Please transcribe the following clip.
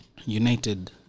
United